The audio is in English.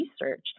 research